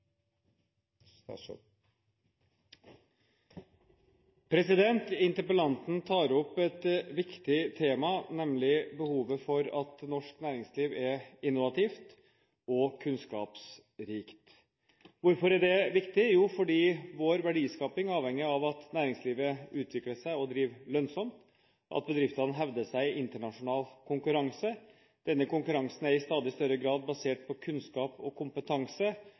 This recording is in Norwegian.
veien. Interpellanten tar opp et viktig tema, nemlig behovet for at norsk næringsliv er innovativt og kunnskapsrikt. Hvorfor er det viktig? Jo, fordi vår verdiskaping er avhengig av at næringslivet utvikler seg og driver lønnsomt, og at bedriftene hevder seg i internasjonal konkurranse. Denne konkurransen er i stadig større grad basert på kunnskap og kompetanse.